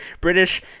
British